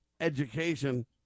education